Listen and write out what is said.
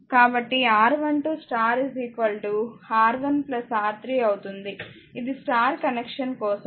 కాబట్టి R12స్టార్ R1 R 3 అవుతుంది ఇది స్టార్ కనెక్షన్ కోసం R12స్టార్